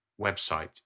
website